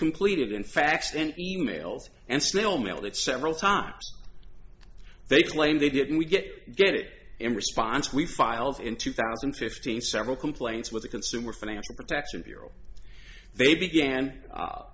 completed in faxed and emailed and snail mail it several times they claim they did and we get get it in response we filed in two thousand and fifteen several complaints with the consumer financial protection bureau they began